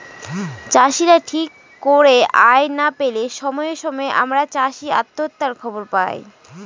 চাষীরা ঠিক করে আয় না পেলে সময়ে সময়ে আমরা চাষী আত্মহত্যার খবর পায়